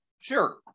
Sure